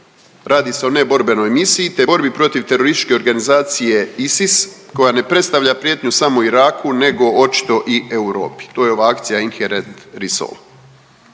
radi se o neborbenoj misiji te borbi protiv terorističke organizacije ISIS koja ne predstavlja prijetnju samo Iraku nego očito i Europi. To je ova akcija Inherent Resolve.